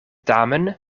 tamen